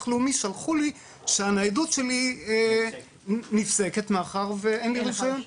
לאומי שלחו לי שהניידות שלי נפסקת מאחר שאין לי רישיון.